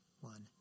one